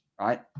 right